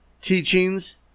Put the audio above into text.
teachings